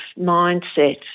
mindset